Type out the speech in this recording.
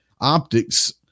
optics